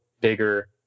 bigger